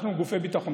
אנחנו גופי ביטחון.